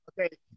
Okay